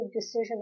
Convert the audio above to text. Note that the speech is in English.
decision